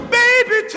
baby